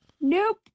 Nope